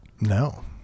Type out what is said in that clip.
No